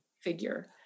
figure